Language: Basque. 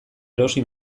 erosi